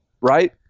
Right